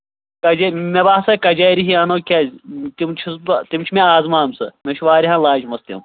کَجہ مےٚ باسان کَجارہی اَنو کیٛازِ تِم چھُس بہٕ تِم چھِ مےٚ آزمامژٕ مےٚ چھُ واریاہہ لاجِمَژٕ تِم